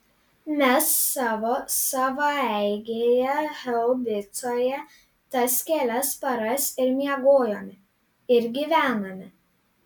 mes savo savaeigėje haubicoje tas kelias paras ir miegojome ir gyvenome